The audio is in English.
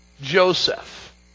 Joseph